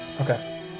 Okay